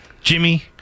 Jimmy